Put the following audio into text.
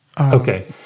Okay